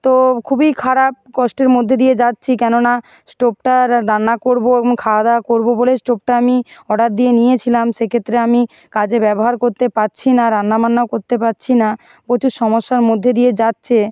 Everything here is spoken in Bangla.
তো খুবই খারাপ কষ্টের মধ্যে দিয়ে যাচ্ছি কেননা স্টোভটার রান্না করবো এবং খাওয়া দাওয়া করবো বলেই স্টোভটা আমি অর্ডার দিয়ে নিয়েছিলাম সেক্ষেত্রে আমি কাজে ব্যবহার করতে পারছি না না রান্না বান্নাও করতে পারছি না প্রচুর সমস্যার মধ্যে দিয়ে যাচ্ছে